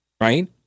right